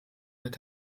wird